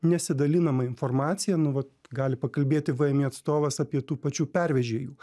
nesidalinama informacija nu vat gali pakalbėti vmi atstovas apie tų pačių pervežėjų